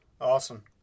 Awesome